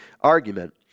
argument